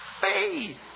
faith